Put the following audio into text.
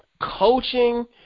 coaching